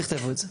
תכתבו את זה.